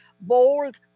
bold